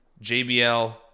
JBL